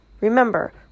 Remember